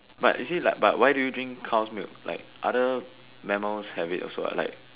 but you see like but why do you drink cow's milk like other mammals have it also what like